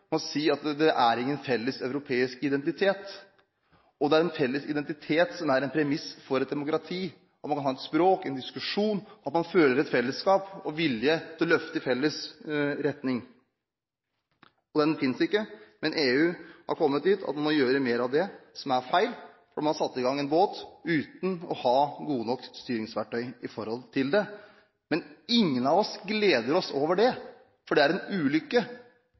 man kan ha et språk, en diskusjon, at man føler et fellesskap og har vilje til å løfte i felles retning. Den finnes ikke, men EU har kommet dit at man må gjøre mer av det som er feil, og man har satt i gang en båt uten å ha gode nok styringsverktøy i forhold til det. Men ingen av oss gleder oss over det, for det er en ulykke